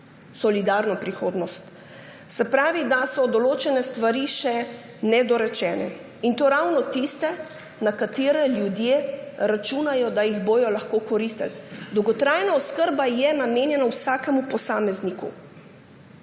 solidarno prihodnost. Se pravi, da so določene stvari še nedorečene, in to ravno tiste, na katere ljudje računajo, da jih bodo lahko koristili. Dolgotrajna oskrba je namenjena vsakemu posamezniku